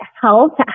health